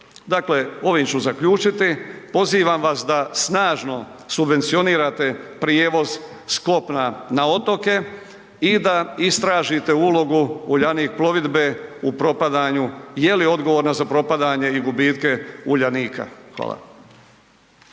Dakle, ovim ću zaključiti, pozivam vas da snažno subvencionirate prijevoz s kopna na otoke i da istražite ulogu Uljanik plovidbe u propadanju, je li odgovorna za propadanje i gubitke Uljanika. Hvala.